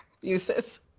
uses